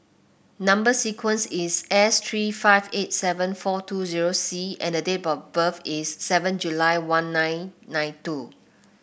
number sequence is S three five eight seven four two zero C and the date of birth is seven July one nine nine two